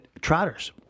trotters